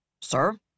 Sir